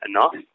enough